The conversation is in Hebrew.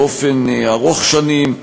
באופן ארוך-שנים,